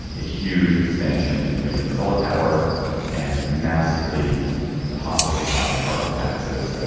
a huge expansion in wind and solar power and massively impossibly high carbon taxes.